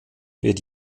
wird